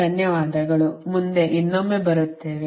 ಧನ್ಯವಾದಗಳು ಮುಂದೆ ಇನ್ನೊಮ್ಮೆ ಬರುತ್ತೇವೆ